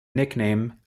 nickname